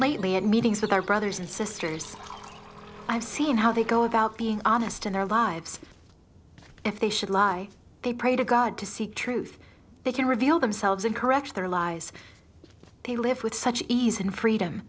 lightly at meetings with our brothers and sisters i've seen how they go about being honest in their lives if they should lie they pray to god to seek truth they can reveal themselves and correct their lies they live with such ease and freedom